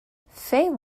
faye